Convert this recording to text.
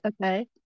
Okay